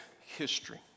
history